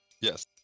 yes